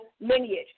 lineage